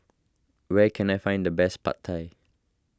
where can I find the best Pad Thai